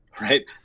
right